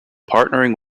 partnering